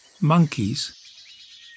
monkeys